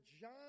John